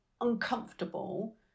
uncomfortable